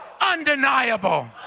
undeniable